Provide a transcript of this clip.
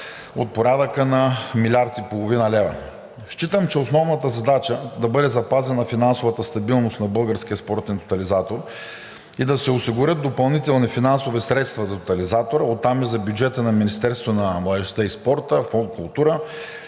от порядъка на милиард и половина лева. Считам, че основната задача да бъде запазена финансовата стабилност на Българския спортен тотализатор и да се осигурят допълнителни финансови средства за тотализатора, а оттам и за бюджета на Министерството на младежта и спорта, Фонд „Култура“